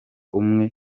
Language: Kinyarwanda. umwe